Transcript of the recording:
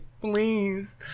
Please